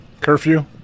curfew